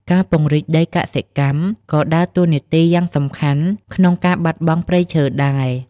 ការពង្រីក ដីកសិកម្ម ក៏ដើរតួនាទីយ៉ាងសំខាន់ក្នុងការបាត់បង់ព្រៃឈើដែរ។